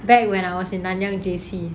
back when I was in nanyang J_C